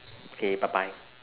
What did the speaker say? K bye bye